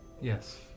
Yes